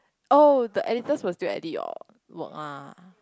oh the editors will still edit your work lah